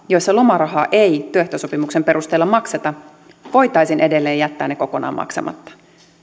joissa lomarahaa ei työehtosopimuksen perusteella makseta voitaisiin edelleen jättää ne kokonaan maksamatta